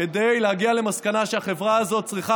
כדי להגיע למסקנה שהחברה הזאת צריכה